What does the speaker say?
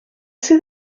sydd